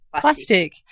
plastic